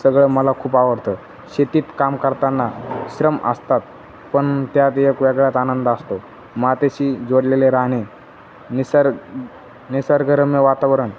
सगळं मला खूप आवडतं शेतीत काम करतना श्रम असतात पण त्यात एक वेगळ्याच आनंद असतो मातीशी जोडलेले राहणे निसर्ग निसर्गरम्य वातावरण